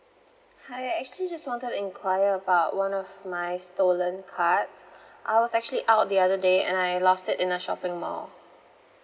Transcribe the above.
hi I actually just wanted to enquire about one of my stolen cards I was actually out the other day and I lost it in a shopping mall